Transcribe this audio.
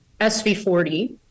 SV40